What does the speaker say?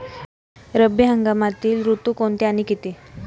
रब्बी हंगामातील ऋतू कोणते आणि किती?